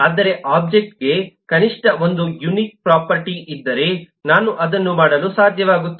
ಆದರೆ ಒಬ್ಜೆಕ್ಟ್ಗೆ ಕನಿಷ್ಠ ಒಂದು ಯುನಿಕ್ ಪ್ರೊಫರ್ಟಿ ಇದ್ದರೆ ನಾನು ಅದನ್ನು ಮಾಡಲು ಸಾಧ್ಯವಾಗುತ್ತದೆ